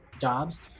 jobs